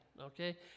okay